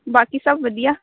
ਬਾਕੀ ਸਭ ਵਧੀਆ